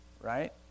right